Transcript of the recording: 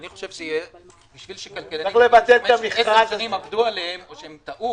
זה שעשר שנים עבדו עליהם או הם טעו